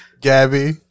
Gabby